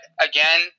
again